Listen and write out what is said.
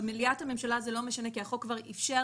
במליאת הממשלה זה לא משנה כי החוק כבר איפשר